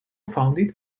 founded